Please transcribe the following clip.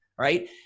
right